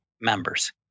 members